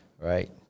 Right